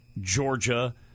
Georgia